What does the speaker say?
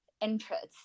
interests